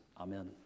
amen